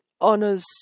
honors